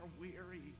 weary